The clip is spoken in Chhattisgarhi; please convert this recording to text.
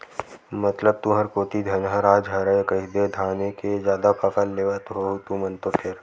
मतलब तुंहर कोती धनहा राज हरय कहिदे धाने के जादा फसल लेवत होहू तुमन तो फेर?